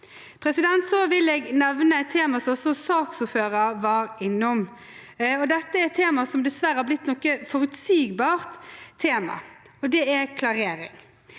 PST. Jeg vil nevne et tema som også saksordføreren var innom. Dette er et tema som dessverre har blitt et noe forutsigbart tema, og det gjelder klarering.